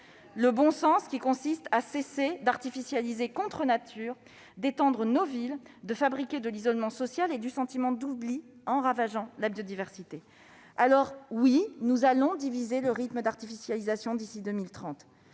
Le bon sens qui consiste à cesser d'artificialiser contre nature, d'étendre nos villes, de fabriquer de l'isolement social et du sentiment d'oubli, en ravageant la biodiversité. Oui, nous allons diviser le rythme d'artificialisation d'ici à 2030.